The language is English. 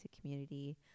community